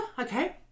okay